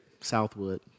Southwood